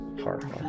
hard